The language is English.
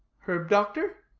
herb-doctor?